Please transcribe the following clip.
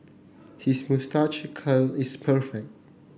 his moustache curl is perfect